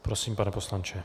Prosím, pane poslanče.